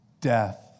death